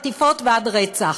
מחטיפות ועד רצח,